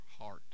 heart